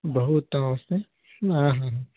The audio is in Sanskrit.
बहु उत्तममस्ति आ हा हा